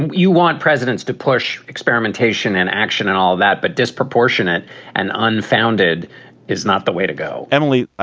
you want presidents to push experimentation and action and all that. but disproportionate and unfounded is not the way to go emily,